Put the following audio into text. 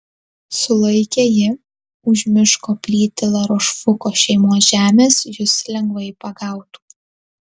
sulaikė ji už miško plyti larošfuko šeimos žemės jus lengvai pagautų